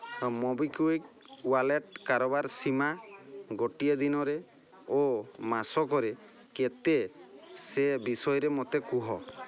MobiKwik wallet କାରବାର ସୀମା ଗୋଟିଏ ଦିନରେ ଓ ମାସକରେ କେତେ ସେ ବିଷୟରେ ମୋତେ କୁହ